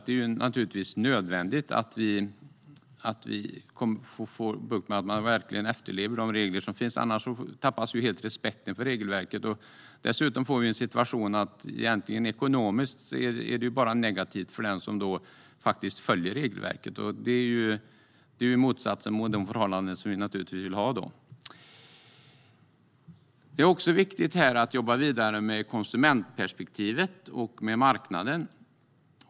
Det är nödvändigt att vi får bukt med den så att man efterlever de regler som finns. Annars tappas helt respekten för regelverket. Dessutom får vi en situation där det ekonomiskt bara är negativt för den som följer regelverket. Det är motsatsen till de förhållanden som vi vill ha. Det är också viktigt att jobba vidare med konsumentperspektivet och marknaden.